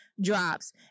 Drops